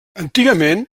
antigament